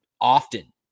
often